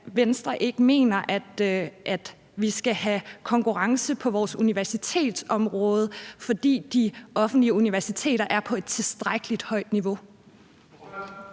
Venstre ikke mener, at vi skal have konkurrence på vores universitetsområde, fordi de offentlige universiteter er på et tilstrækkelig højt niveau.